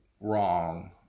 wrong